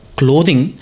clothing